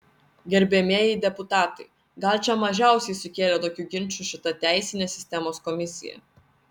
gerbiamieji deputatai gal čia mažiausiai sukėlė tokių ginčų šita teisinės sistemos komisija